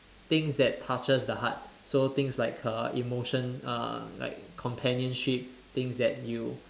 things that touches the heart so things like err emotion uh like companionship things that you